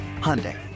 Hyundai